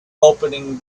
opening